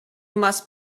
must